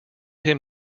him